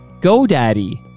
GoDaddy